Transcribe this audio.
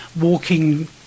walking